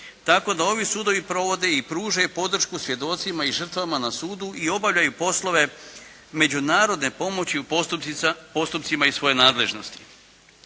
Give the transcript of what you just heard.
tako da ovi sudovi provode i pružaju podršku svjedocima i žrtvama na sudu i obavljaju poslove međunarodne pomoći u postupcima iz svoje nadležnosti.